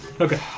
Okay